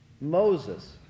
Moses